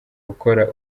gukora